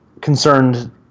concerned